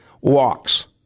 walks